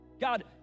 God